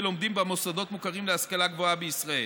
ולומדים במוסדות מוכרים להשכלה גבוהה בישראל.